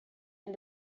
and